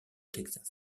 texas